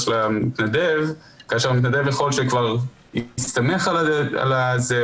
של המתנדב כאשר המתנדב יכול שכבר סומך על זה,